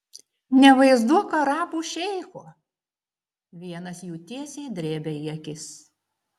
nevaizduok arabų šeicho vienas jų tiesiai drėbė į akis